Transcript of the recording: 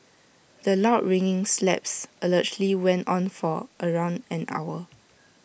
the loud ringing slaps allegedly went on for around an hour